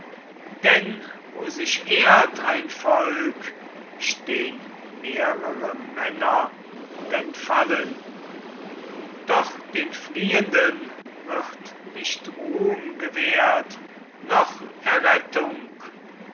denn wo sich ehrt ein volk stehn mehrere männer denn fallen doch den fliehenden wird nicht ruhm gewährt noch errettung